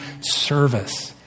service